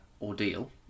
ordeal